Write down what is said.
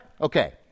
Okay